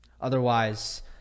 Otherwise